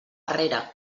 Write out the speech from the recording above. arrere